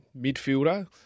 midfielder